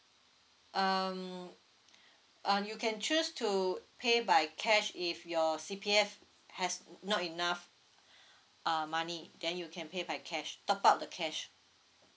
um uh you can choose to pay by cash if your C_P_F has not enough uh money then you can pay by cash top up the cash